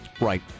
Right